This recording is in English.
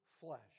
flesh